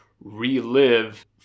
relive